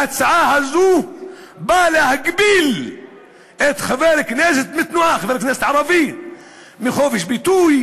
וההצעה הזאת באה להגביל חבר כנסת ערבי בחופש ביטוי,